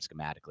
schematically